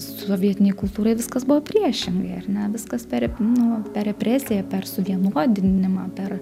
sovietinėj kultūroj viskas buvo priešingai ar ne viskas per nu per represiją per suvienodinimą per